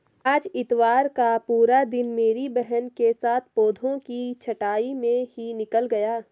आज इतवार का पूरा दिन मेरी बहन के साथ पौधों की छंटाई में ही निकल गया